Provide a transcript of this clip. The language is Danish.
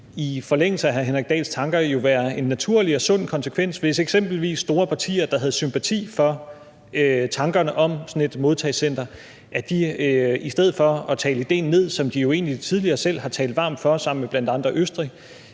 i forlængelse af hr. Henrik Dahls tanker være en naturlig og sund konsekvens, hvis eksempelvis de store partier, der havde sympati for tankerne om sådan et modtagecenter, i stedet for at tale den idé ned, som de egentlig selv tidligere har talt varmt for sammen med bl.a. Østrig,